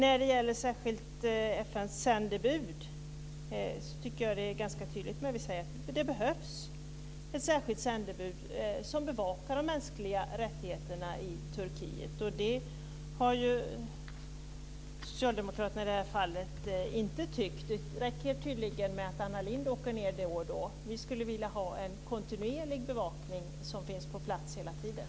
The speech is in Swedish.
Jag tycker att det är ganska tydligt när vi säger att det behövs ett särskilt FN-sändebud som bevakar de mänskliga rättigheterna i Turkiet. Det har ju socialdemokraterna i det här fallet inte tyckt. Det räcker tydligen att Anna Lindh åker dit då och då. Vi skulle vilja ha en kontinuerlig bevakning som finns på plats hela tiden.